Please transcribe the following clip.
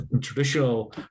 traditional